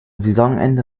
saisonende